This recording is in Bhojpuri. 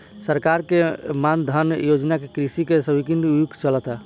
सरकार के मान धन योजना से कृषि के स्वर्णिम युग चलता